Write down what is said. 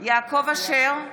יעקב אשר,